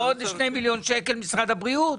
אם זה שני מיליון שקל במשרד הבריאות.